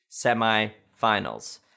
semifinals